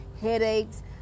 headaches